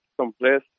someplace